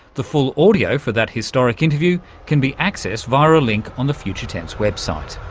the full audio for that historic interview can be accessed via a link on the future tense website